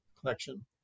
collection